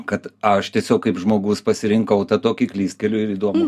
kad aš tiesiog kaip žmogus pasirinkau tą tokį klystkelių ir įdomų